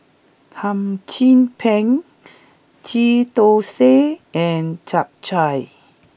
Hum Chim Peng Ghee Thosai and Chap Chai